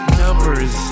numbers